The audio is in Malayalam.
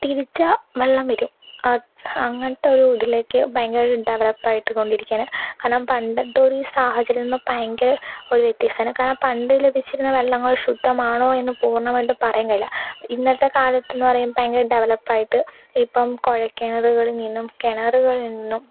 തിരിച്ചാൽ വെള്ളം വരും അത് അങ്ങനത്തെ ഒരു ഇതിലേക്ക് ഭയങ്കര ഡെവലപ്പ് ആയിട്ട് കൊണ്ടിരിക്കയാണ് കാരണം പണ്ട് എന്തോ ഒരു സാഹചര്യം എന്നാൽ ഭയങ്കര ഒരു വ്യത്യാസമാണ് കാരണം പണ്ട് ലഭിച്ചിരുന്ന വെള്ളങ്ങള് ശുദ്ധമാണോ എന്ന് പൂർണ്ണമായിട്ടും പറയാൻ കഴിയില്ല ഇന്നത്തെ കാലത്ത് എന്ന് പറയാൻ ഭയങ്കര ഡെവലപ്പ് ആയിട്ട് ഇപ്പം കുഴൽ കിണറുകളിൽ നിന്നും കിണറുകളിൽ നിന്നും